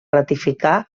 ratificar